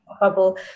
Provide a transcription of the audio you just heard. bubble